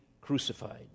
crucified